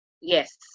Yes